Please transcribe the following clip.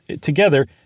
together